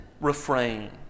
refrain